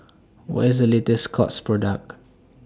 What IS The latest Scott's Product